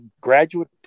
graduate